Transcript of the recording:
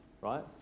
Right